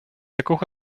якого